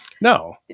no